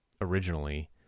originally